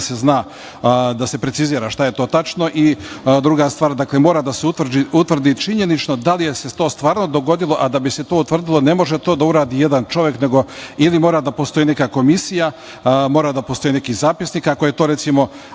bi da se precizira šta je to tačno. Druga stvar, mora da se utvrdi činjenično da li se to stvarno dogodilo, a da bi se to utvrdilo ne može to da uradi jedan čovek, nego mora da postoji neka komisija, mora da postoji neki zapisnik. Ako je stan